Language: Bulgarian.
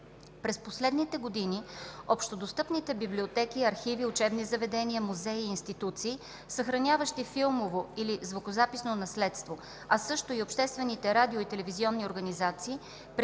През последните години общодостъпните библиотеки, архиви, учебни заведения, музеи и институции, съхраняващи филмово или звукозаписно наследство, а също и обществените радио- и телевизионни организации